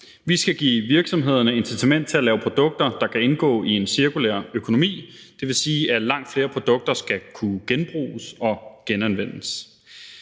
Vi skal give virksomhederne incitament til at lave produkter, der kan indgå i en cirkulær økonomi, og det vil sige, at langt flere produkter skal kunne genbruges og genanvendes.